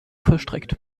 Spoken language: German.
vollstreckt